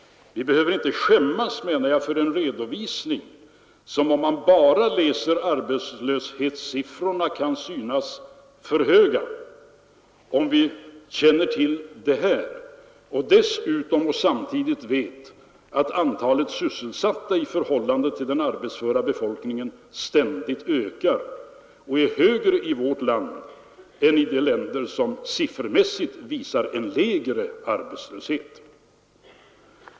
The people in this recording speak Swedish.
Vi behöver inte skämmas, menar jag, för en redovisning av arbetslösheten som om man bara läser siffrorna kan synas hög, om vi känner till det här och samtidigt vet att antalet sysselsatta i förhållande till den arbetsföra befolkningen ständigt ökar och är högre i vårt land än i de länder som siffermässigt visar en lägre arbetslöshet.